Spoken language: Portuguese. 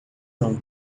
não